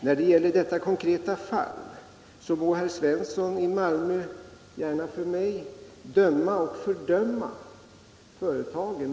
När det gäller detta konkreta fall må herr Svensson i Malmö gärna — Om vissa företagsför mig döma och fördöma företagen.